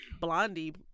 blondie